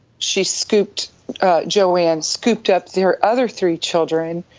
she scooped joanne scooped up their other three children,